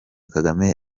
kagame